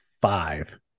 five